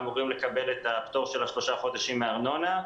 אמורים לקבל את הפטור של שלושה חודשים מארנונה.